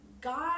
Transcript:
God